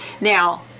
Now